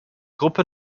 gruppe